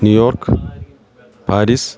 New York Paris